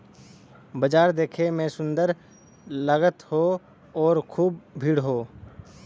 बाजार देखे में सुंदर लगत हौ आउर खूब भीड़ हौ